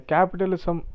Capitalism